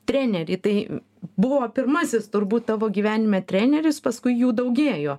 trenerį tai buvo pirmasis turbūt tavo gyvenime treneris paskui jų daugėjo